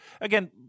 Again